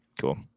Cool